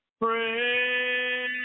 pray